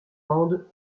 mende